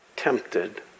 tempted